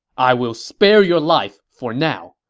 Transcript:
i will spare your life for now!